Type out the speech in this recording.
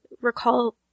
recall